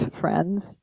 friends